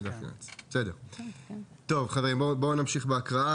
טוב, חברים, בואו נמשיך בהקראה.